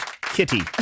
kitty